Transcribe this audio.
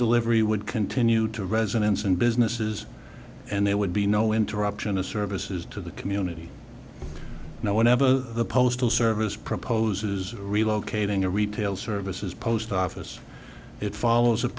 delivery would continue to residents and businesses and there would be no interruption of services to the community now whenever the postal service proposes relocating a retail services post office it follows